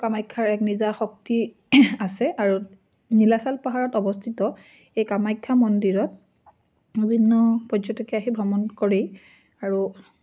কামাখ্যাৰ এক নিজা শক্তি আছে আৰু নীলাচল পাহাৰত অৱস্থিত এই কামাখ্যা মন্দিৰত বিভিন্ন পৰ্যটকে আহি ভ্ৰমণ কৰে আৰু